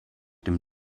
dem